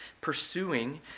pursuing